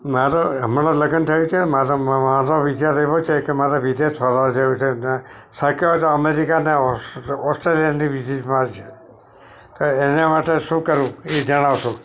મારાં હમણાં લગ્ન થાય છે મારાં વિચાર એવો છે કે મારે વિદેશ ફરવાં જવું છે ને અમેરિકા ને ઓસ્ટ્રેલિયાની વીજિત મારવી છે તો એનાં માટે શું કરવું એ જણાવશો